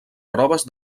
proves